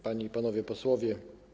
Panie i Panowie Posłowie!